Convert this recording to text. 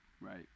Right